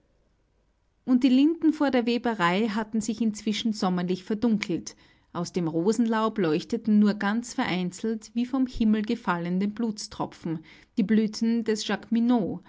und die linden vor der weberei hatten sich inzwischen sommerlich verdunkelt aus dem rosenlaub leuchteten nur ganz vereinzelt wie vom himmel gefallene blutstropfen die blüten des